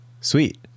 Sweet